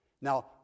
Now